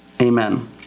Amen